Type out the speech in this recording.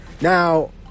Now